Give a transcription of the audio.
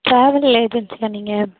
travel ஏஜென்சியா நீங்கள்